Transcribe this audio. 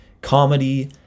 Comedy